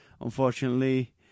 Unfortunately